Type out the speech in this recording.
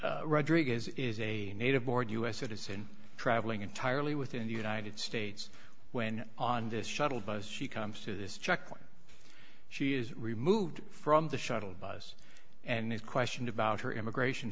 is rodriguez is a native born u s citizen traveling entirely within the united states when on this shuttle bus she comes to this checkpoint she is removed from the shuttle bus and is questioned about her immigration